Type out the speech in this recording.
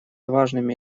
важными